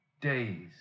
days